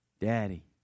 Daddy